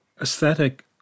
aesthetic